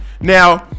now